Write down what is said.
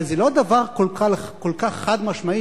אבל זה לא דבר כל כך חד-משמעי,